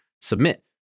submit